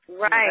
Right